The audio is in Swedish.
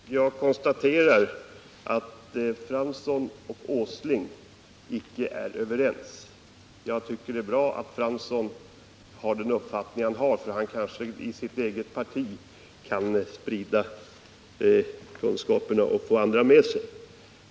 Fru talman! Jag konstaterar att Arne Fransson och industriminister Åsling icke är överens. Jag tycker det är bra att Arne Fransson har den uppfattning han har redovisat — han kanske kan sprida kunskaperna i sitt eget parti och få andra med sig.